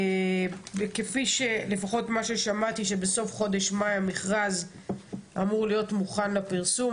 כפי שלפחות מה ששמעתי שבסוף חודש מאי המכרז אמור להיות מוכן לפרסום,